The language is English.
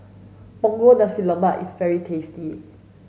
Punggol Nasi Lemak is very tasty